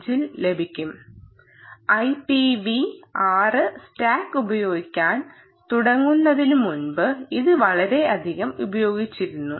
0 ൽ ലഭിക്കും IPv 6 stack ഉപയോഗിക്കാൻ തുടങ്ങുന്നതിനു മുന്പ് ഇത് വളരെയധികം ഉപയോഗിച്ചിരുന്നു